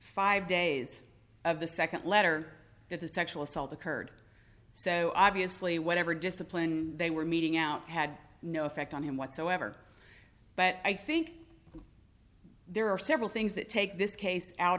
five days of the second letter that the sexual assault occurred so obviously whatever discipline they were meeting out had no effect on him whatsoever but i think there are several things that take this case out